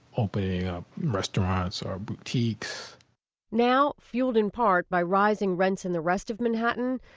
opening up restaurants or boutiques now, fueled in part by rising rents in the rest of manhattan,